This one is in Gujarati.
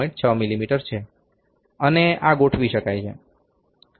6 મીમી છે અને આ ગોઠવી શકાય છે